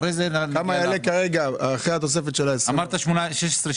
השאלה כמה יעלה כרגע אחרי התוספת של ה-20 אחוזים.